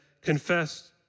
confessed